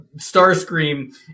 Starscream